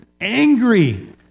angry